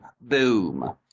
Boom